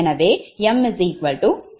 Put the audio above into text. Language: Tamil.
எனவே 𝑚 3